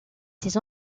des